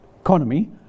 economy